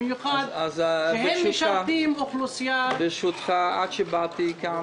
במיוחד שהם משרתים אוכלוסייה- -- עד שבאתי לכאן,